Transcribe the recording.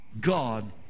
God